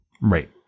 Right